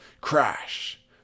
Crash